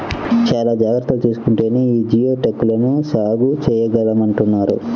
చానా జాగర్తలు తీసుకుంటేనే యీ జియోడక్ ల సాగు చేయగలమంటన్నారు